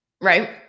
right